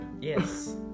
Yes